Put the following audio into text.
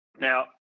Now